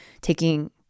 taking